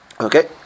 Okay